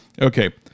Okay